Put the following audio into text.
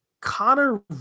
Connor